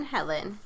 Helen